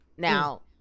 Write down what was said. Now